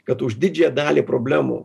kad už didžiąją dalį problemų